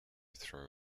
throw